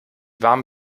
warm